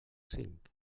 cinc